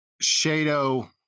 Shadow